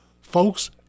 Folks